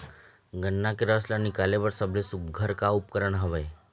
गन्ना के रस ला निकाले बर सबले सुघ्घर का उपकरण हवए?